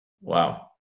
Wow